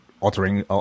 altering